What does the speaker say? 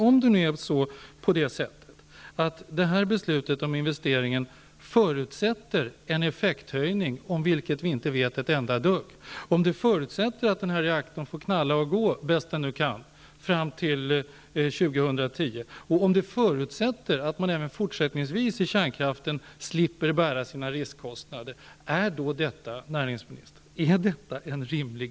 Om detta investeringsbeslut förutsätter en effekthöjning, som vi inte vet något om, och att reaktorn får knalla och gå bäst den kan fram till år 2010, och kärnkraften även fortsättningsvis slipper bära sin riskkostnader, är då denna investering rimlig?